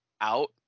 out